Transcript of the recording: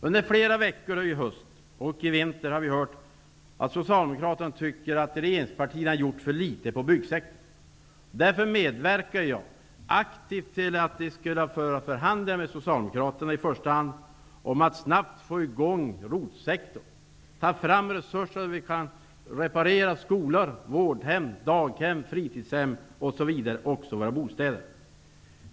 Under hösten och vintern har vi hört att Socialdemokraterna tycker att regeringspartierna har gjort för litet för byggsektorn. Därför medverkar jag aktivt till att föra förhandlingar med i första hand Socialdemokraterna för att snabbt få i gång ROT-sektorn. Det gäller att få fram resurser för att reparera skolor, vårdhem, daghem, fritidshem, våra bostäder osv.